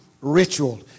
ritual